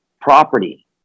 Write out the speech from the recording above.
property